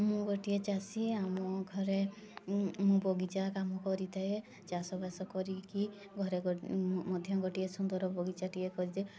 ମୁଁ ଗୋଟିଏ ଚାଷୀ ଆମ ଘରେ ମୁଁ ମୁଁ ବଗିଚା କାମ କରିଥାଏ ଚାଷ ବାସ କରିକି ଘରେ ମଧ୍ୟ ଗୋଟିଏ ସୁନ୍ଦର ବଗିଚାଟିଏ କରିଛି